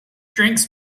drinks